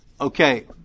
Okay